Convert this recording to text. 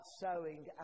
sowing